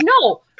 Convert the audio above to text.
no